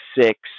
six